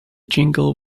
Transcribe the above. jingle